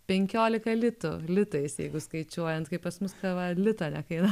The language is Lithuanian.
penkiolika litų litais jeigu skaičiuojant kai pas mus kava lito nekainavo